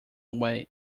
away